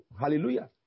hallelujah